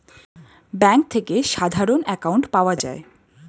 bank থেকে সাধারণ account পাওয়া যায়